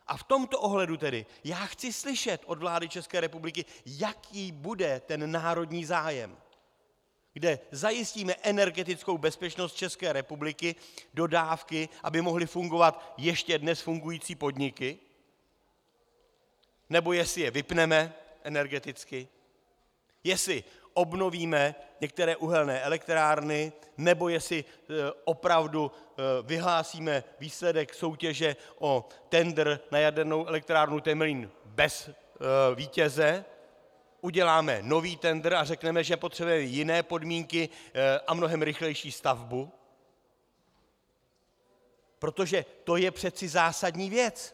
A v tomto ohledu já chci slyšet od vlády České republiky, jaký bude ten národní zájem, kde zajistíme energetickou bezpečnost České republiky, dodávky, aby mohly fungovat ještě dnes fungující podniky, nebo jestli je vypneme energeticky, jestli obnovíme některé uhelné elektrárny, nebo jestli opravdu vyhlásíme výsledek soutěže o tendr na jadernou elektrárnu Temelín bez vítěze, uděláme nový tendr a řekneme, že potřebujeme jiné podmínky a mnohem rychlejší stavbu, protože to je přeci zásadní věc.